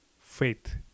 faith